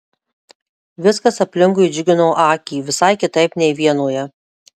viskas aplinkui džiugino akį visai kitaip nei vienoje